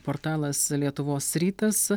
portalas lietuvos rytas